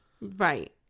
right